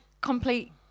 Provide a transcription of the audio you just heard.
complete